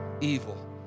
evil